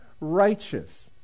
righteous